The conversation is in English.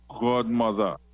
godmother